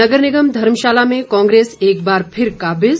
नगर निगम धर्मशाला में कांग्रेस एक बार फिर काबिज